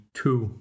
two